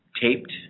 taped